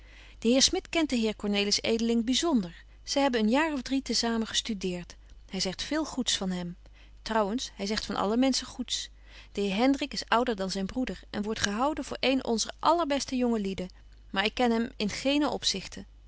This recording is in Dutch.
de heer smit kent den heer cornelis edeling byzonder zy hebben een jaar of drie te samen gestudeert hy zegt veel goeds van hem trouwens hy zegt van alle menschen goed de heer hendrik is ouder dan zyn broeder en wordt gehouden voor een onzer allerbeste jonge lieden maar ik ken hem in geenen opzichte